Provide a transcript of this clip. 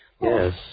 Yes